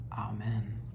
amen